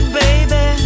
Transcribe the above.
baby